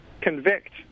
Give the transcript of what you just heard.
convict